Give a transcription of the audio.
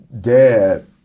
dad